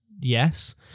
Yes